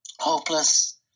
hopeless